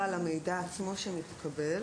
המידע עצמו שמתקבל